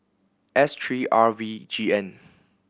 S three R V G N